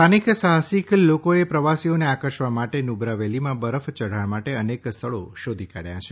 સ્થાનિક સાહસિક લોકોએ પ્રવાસીઓને આર્કષવા માટે નુબ્રા વેલીમાં બરફ ચઢાણ માટે અનેક સ્થળો શોધી કાઢ્યા છે